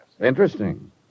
Interesting